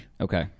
Okay